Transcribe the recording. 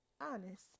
honest